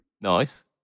Nice